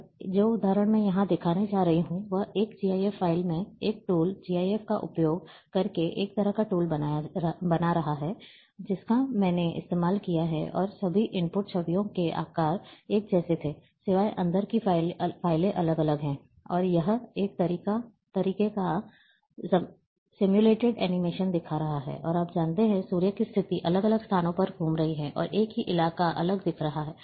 और जो उदाहरण मैं यहाँ दिखाने जा रहा हूँ वह 1 GIF फ़ाइल में एक टूल GIF का उपयोग करके एक तरह का टूल बना रहा है जिसका मैंने इस्तेमाल किया है और सभी इनपुट छवियों के आकार एक जैसे थे सिवाय अंदर की फ़ाइलें अलग अलग हैं और यह एक तरह का सिम्युलेटेड एनीमेशन दिखा रहा है और आप जानते हैं सूर्य की स्थिति अलग अलग स्थानों पर घूम रही है और एक ही इलाक़ा अलग दिख रहा है